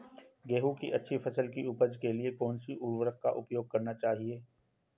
गेहूँ की अच्छी फसल की उपज के लिए कौनसी उर्वरक का प्रयोग करना चाहिए?